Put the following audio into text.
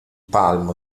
palmo